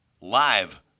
live